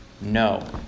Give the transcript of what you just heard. No